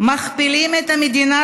מכפילים את המדינה,